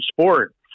sport